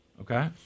Okay